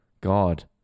God